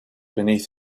beneath